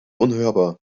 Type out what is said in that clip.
unhörbar